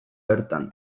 bertan